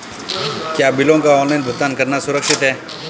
क्या बिलों का ऑनलाइन भुगतान करना सुरक्षित है?